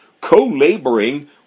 co-laboring